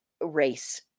race